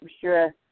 sure